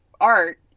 art